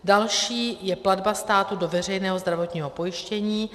Další je platba státu do veřejného zdravotního pojištění.